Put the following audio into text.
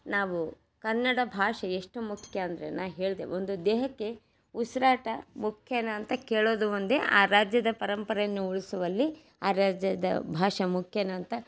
ನಾವು ಕನ್ನಡ ಭಾಷೆ ಎಷ್ಟು ಮುಖ್ಯ ಅಂದರೆ ನಾನು ಹೇಳಿದೆ ಒಂದು ದೇಹಕ್ಕೆ ಉಸಿರಾಟ ಮುಖ್ಯನಾ ಅಂತ ಕೇಳೋದು ಒಂದೇ ಆ ರಾಜ್ಯದ ಪರಂಪರೆಯನ್ನು ಉಳಿಸುವಲ್ಲಿ ಆ ರಾಜ್ಯದ ಭಾಷೆ ಮುಖ್ಯನಾ ಅಂತ